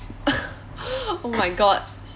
oh my god